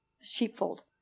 sheepfold